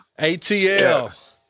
atl